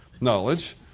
knowledge